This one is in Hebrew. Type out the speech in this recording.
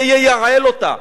זה ייעל אותה,